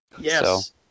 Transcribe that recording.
Yes